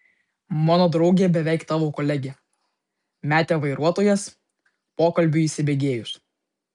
mano draugė beveik tavo kolegė metė vairuotojas pokalbiui įsibėgėjus